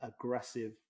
aggressive